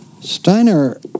Steiner